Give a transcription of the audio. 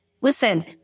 Listen